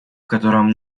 котором